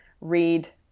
read